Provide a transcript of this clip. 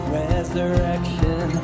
resurrection